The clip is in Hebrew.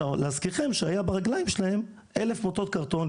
להזכירכם שהיה ברגליים שלהם 1,000 מוטות קרטון.